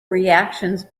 reactions